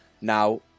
Now